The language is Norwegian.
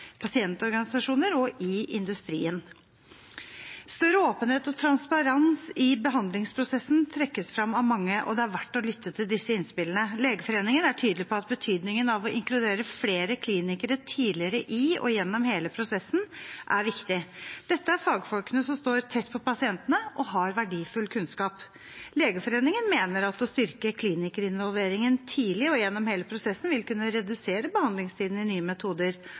pasientorganisasjoner og i industrien. Større åpenhet og transparens i behandlingsprosessen trekkes frem av mange, og det er verdt å lytte til disse innspillene. Legeforeningen er tydelig på at betydningen av å inkludere flere klinikere tidligere i og gjennom hele prosessen er viktig. Dette er fagfolkene som står tett på pasientene og har verdifull kunnskap. Legeforeningen mener at å styrke klinikerinvolveringen tidlig og gjennom hele prosessen vil kunne redusere behandlingstiden i systemet for Nye metoder